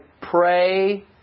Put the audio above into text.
pray